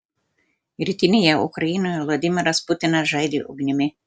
rytinėje ukrainoje vladimiras putinas žaidė ugnimi